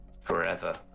forever